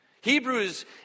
Hebrews